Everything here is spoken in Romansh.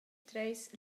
treis